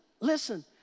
listen